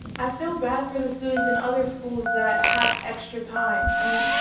i feel bad for the students in other schools that have extra time. i mean,